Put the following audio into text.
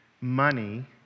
money